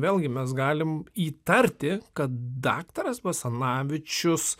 vėlgi mes galim įtarti kad daktaras basanavičius